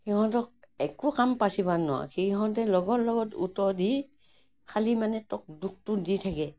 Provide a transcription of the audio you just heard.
সিহঁতক একো কাম পাচিবা নোৱাৰ সিহঁতে লগৰ লগত উত্তৰ দি খালি মানে তোক দুখটো দি থাকে